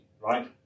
right